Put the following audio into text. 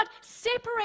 separate